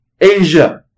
Asia